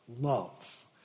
love